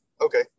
okay